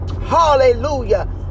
Hallelujah